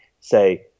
say